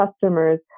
customers